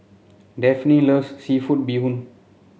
Daphne loves seafood Bee Hoon